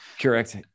Correct